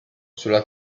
sulla